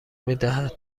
میدهد